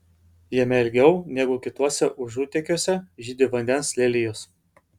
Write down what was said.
jame ilgiau negu kituose užutėkiuose žydi vandens lelijos